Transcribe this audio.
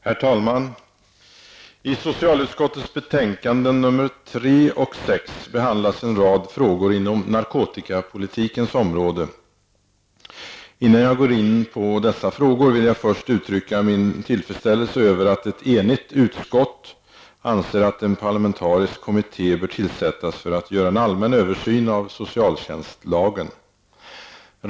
Herr talman! I socialutskottets betänkanden nr 3 och 6 behandlas en rad frågor inom narkotikapolitikens område. Innan jag går in på dessa frågor, vill jag först uttrycka min tillfredsställelse över att ett enigt utskott anser att en parlamentarisk kommitté bör tillsättas för att göra en allmän översyn av socialtjänstlagen.